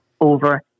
over